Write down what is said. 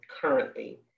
currently